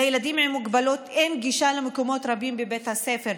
לילדים עם מוגבלות אין גישה למקומות רבים בבית הספר,